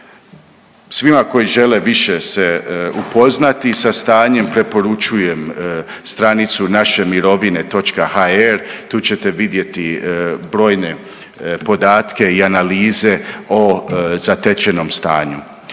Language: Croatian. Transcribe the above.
Svima koji žele se više upoznati sa stanjem preporučujem stranicu naše mirovine.hr tu ćete vidjeti brojne podatke i analize o zatečenom stanju.